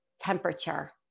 temperature